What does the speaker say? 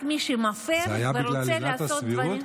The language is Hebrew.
רק מי שמפר ורוצה לעשות דברים,